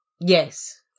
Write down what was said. Yes